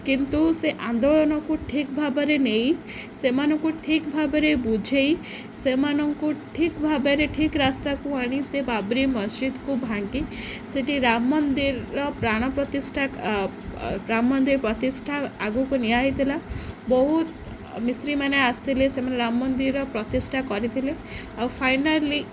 କିନ୍ତୁ ସେ ଆନ୍ଦୋଳନକୁ ଠିକ୍ ଭାବରେ ନେଇ ସେମାନଙ୍କୁ ଠିକ୍ ଭାବରେ ବୁଝାଇ ସେମାନଙ୍କୁ ଠିକ୍ ଭାବରେ ଠିକ୍ ରାସ୍ତାକୁ ଆଣି ସେ ବାବରି ମସଜିଦକୁ ଭାଙ୍ଗି ସେଠି ରାମ ମନ୍ଦିରର ପ୍ରାଣ ପ୍ରତିଷ୍ଠା ରାମ ମନ୍ଦିର ପ୍ରତିଷ୍ଠା ଆଗକୁ ନିଆ ହେଇଥିଲା ବହୁତ ମିସ୍ତ୍ରୀମାନେ ଆସିଥିଲେ ସେମାନେ ରାମ ମନ୍ଦିରର ପ୍ରତିଷ୍ଠା କରିଥିଲେ ଆଉ ଫାଇନାଲି